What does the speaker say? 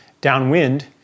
downwind